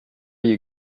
you